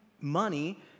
money